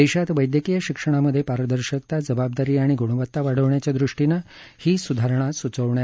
देशात वैद्यकीय शिक्षणामधे पारदर्शकता जबाबदारी आणि ग्णवता वाढवण्याच्या दृष्टीनं ही स्धारणा स्चवण्यात आली आहे